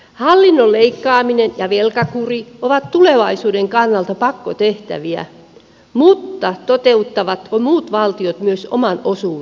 hallinnon leikkaaminen ja velkakuri ovat tulevaisuuden kannalta pakkotehtäviä mutta toteuttavatko myös muut valtiot oman osuutensa